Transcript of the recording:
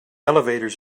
elevators